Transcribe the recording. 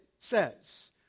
Says